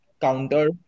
counter